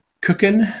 cooking